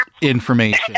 information